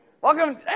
Welcome